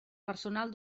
personal